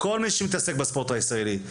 כל מי שמתעסק בספורט הישראלי.